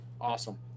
Awesome